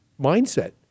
mindset